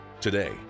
Today